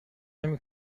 نمی